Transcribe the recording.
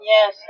Yes